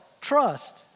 trust